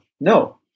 No